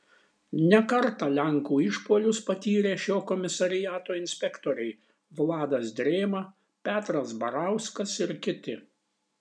ne kartą lenkų išpuolius patyrė šio komisariato inspektoriai vladas drėma petras barauskas ir kiti